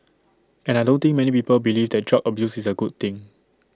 and I don't think many people believe that drug abuse is A good thing